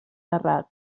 terrat